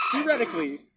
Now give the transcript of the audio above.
theoretically